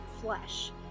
flesh